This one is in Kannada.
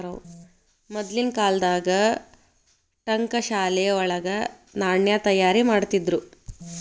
ಮದ್ಲಿನ್ ಕಾಲ್ದಾಗ ಠಂಕಶಾಲೆ ವಳಗ ನಾಣ್ಯ ತಯಾರಿಮಾಡ್ತಿದ್ರು